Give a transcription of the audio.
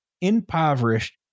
impoverished